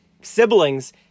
siblings